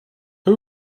who